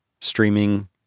streaming